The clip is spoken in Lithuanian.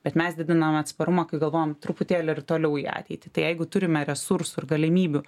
bet mes didinam atsparumą kai galvojam truputėlį ir toliau į ateitį tai jeigu turime resursų ir galimybių